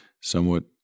somewhat